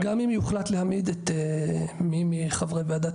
גם אם יוחלט להעמיד את מי מחברי ועדת